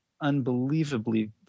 unbelievably